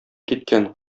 киткән